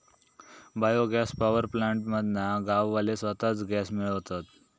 bio gas power plant मधना गाववाले स्वताच गॅस मिळवतत